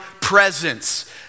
presence